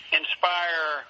inspire